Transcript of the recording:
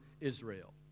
Israel